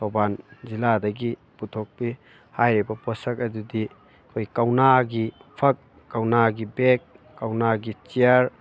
ꯊꯧꯕꯥꯟ ꯖꯤꯜꯂꯥꯗꯒꯤ ꯄꯨꯊꯣꯛꯄꯤ ꯍꯥꯏꯔꯤꯕ ꯄꯣꯠꯁꯛ ꯑꯗꯨꯗꯤ ꯑꯩꯈꯣꯏ ꯀꯧꯅꯥꯒꯤ ꯐꯛ ꯀꯧꯅꯥꯒꯤ ꯕꯦꯒ ꯀꯧꯅꯥꯒꯤ ꯆꯤꯌꯥꯔ